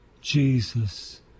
Jesus